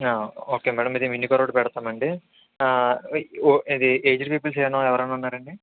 okay madam ఇదీ mini car ఒకటి పెడుతాము అండీ ఎ ఓ ఇదీ ఏజ్డ్ పీపుల్స్ ఎమ ఎవరైనా ఉన్నారా అండీ